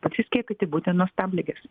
pasiskiepyti būtent nuo stabligės